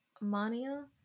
mania